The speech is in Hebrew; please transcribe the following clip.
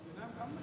סטודנטים.